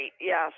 Yes